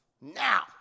now